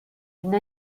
une